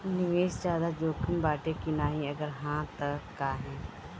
निवेस ज्यादा जोकिम बाटे कि नाहीं अगर हा तह काहे?